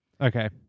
Okay